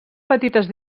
petites